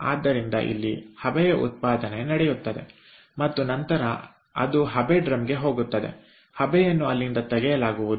ಆದ್ದರಿಂದ ಇಲ್ಲಿ ಹಬೆಯ ಉತ್ಪಾದನೆ ನಡೆಯುತ್ತದೆ ಮತ್ತು ನಂತರ ಅದು ಹಬೆ ಡ್ರಮ್ಗೆ ಹೋಗುತ್ತದೆ ಹಬೆಯನ್ನು ಇಲ್ಲಿಂದ ತೆಗೆಯಲಾಗುವುದು